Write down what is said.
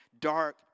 dark